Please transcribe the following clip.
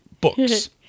books